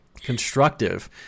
constructive